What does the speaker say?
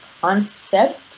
concept